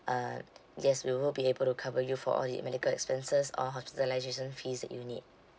uh yes we will be able to cover you for all the medical expenses or hospitalisation fees that you need